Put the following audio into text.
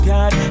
God